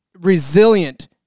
resilient